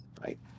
right